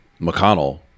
McConnell